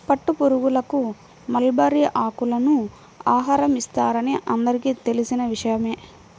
పట్టుపురుగులకు మల్బరీ ఆకులను ఆహారం ఇస్తారని అందరికీ తెలిసిన విషయమే